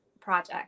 project